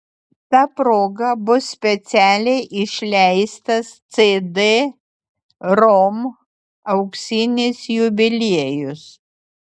ta proga bus specialiai išleistas cd rom auksinis jubiliejus